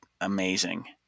amazing